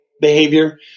behavior